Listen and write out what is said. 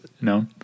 no